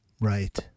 Right